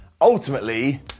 ultimately